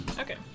Okay